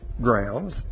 grounds